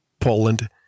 Poland